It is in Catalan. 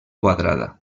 quadrada